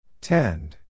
Tend